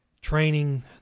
training